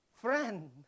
Friend